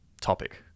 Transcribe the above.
topic